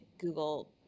Google